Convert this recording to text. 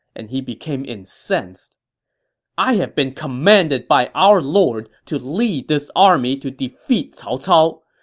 and he became incensed i have been commanded by our lord to lead this army to defeat cao cao.